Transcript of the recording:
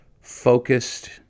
focused